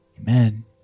Amen